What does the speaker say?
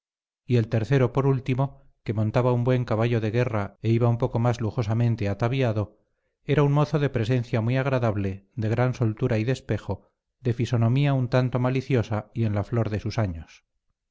y el tercero por último que montaba un buen caballo de guerra e iba un poco más lujosamente ataviado era un mozo de presencia muy agradable de gran soltura y despejo de fisonomía un tanto maliciosa y en la flor de sus años